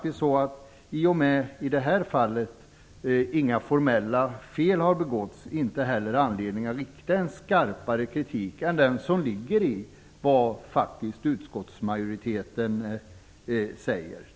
I och med att inga formella fel har begåtts finns det inte anledning att rikta en skarpare kritik mot detta än vad som ligger i det som utskottsmajoriteten säger.